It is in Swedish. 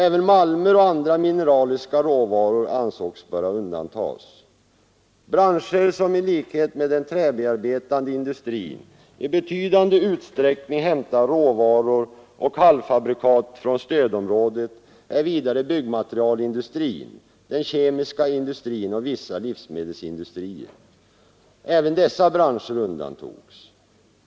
Även malmer och andra mineraliska råvaror ansågs böra bli undantagna. Branscher som i likhet med den träbearbetande industrin i betydande utsträckning hämtar råvaror och halvfabrikat från stödområdet är vidare byggnadsmaterialindustrin, den kemiska industrin och vissa livsmedelsindustrier. Även dessa branscher undantogs.